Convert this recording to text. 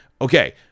Okay